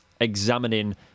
examining